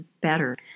better